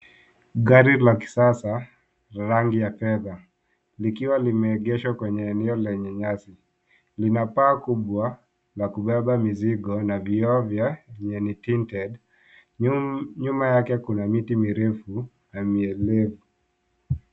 Gari la kisasa, rangi ya fedha, likiwa limeegeshwa kwenye eneo lenye nyasi. Lina paa kubwa la kupepa mizigo na vioo vya enye tinted . Nyuma yake kuna miti mirefu na mielefu.